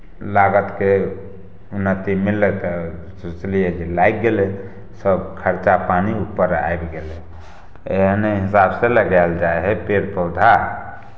लागतके उन्नति मिललै तऽ सोचलियै की लागि गेलै सभ खर्चा पानि ऊपर आबि गेलै एहने हिसाबसँ लगायल जाइ हइ पेड़ पौधा